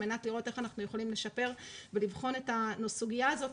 על מנת לראות איך אנחנו יכולים לשפר ולבחון את הסוגיה הזאת